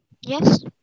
Yes